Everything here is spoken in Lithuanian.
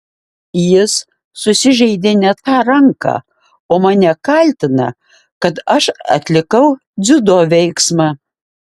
jis susižeidė ne tą ranką o mane kaltina kad aš atlikau dziudo veiksmą